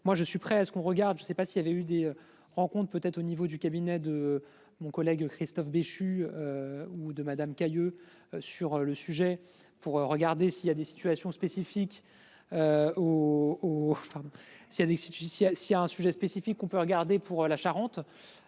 Moi je suis prêt à ce qu'on regarde, je ne sais pas s'il y avait eu des rencontre peut être au niveau du cabinet de mon collègue Christophe Béchu. Ou de madame Cayeux sur le sujet pour regarder s'il y a des situations spécifiques. Ou. S'il y a des suites judiciaires. S'il y a un sujet spécifique, on peut regarder pour la Charente.